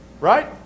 Right